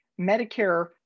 Medicare